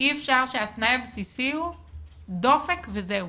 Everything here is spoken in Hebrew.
אי אפשר שהתנאי הבסיסי הוא דופק וזהו.